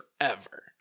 forever